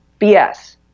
BS